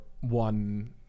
one